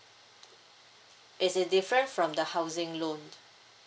is it different from the housing loan